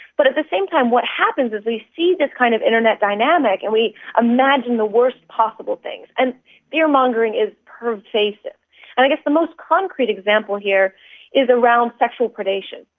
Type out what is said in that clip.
but at the same time what happens is we see this kind of internet dynamic and we imagine the worst possible things, and fear-mongering is pervasive. and i guess the most concrete example here is around sexual predation,